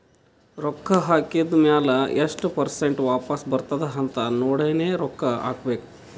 ರೊಕ್ಕಾ ಹಾಕಿದ್ ಮ್ಯಾಲ ಎಸ್ಟ್ ಪರ್ಸೆಂಟ್ ವಾಪಸ್ ಬರ್ತುದ್ ಅಂತ್ ನೋಡಿನೇ ರೊಕ್ಕಾ ಹಾಕಬೇಕ